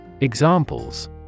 Examples